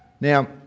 Now